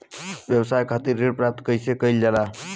व्यवसाय खातिर ऋण प्राप्त कइसे कइल जाला?